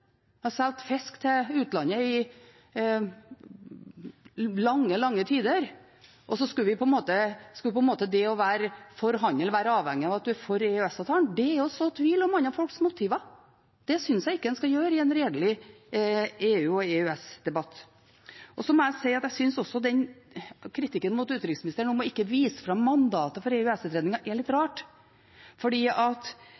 har solgt fisk til utlandet i lange, lange tider. Og så skal det å være for handel være avhengig av at man er for EØS-avtalen. Det er å så tvil om andre folks motiver. Det synes jeg ikke man skal gjøre i en redelig EU- og EØS-debatt. Jeg må også si at jeg synes den kritikken mot utenriksministeren om ikke å vise fram mandatet for EØS-utredningen er litt